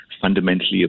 fundamentally